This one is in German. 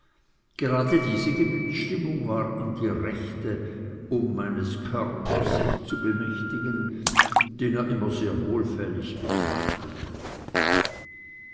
gerade diese gemütsstimmung war ihm die rechte um meines körpers sich zu bemächtigen den er immer sehr wohl gefällig betrachtete